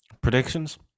Predictions